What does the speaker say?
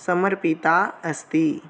समर्पीता अस्ति